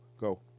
Go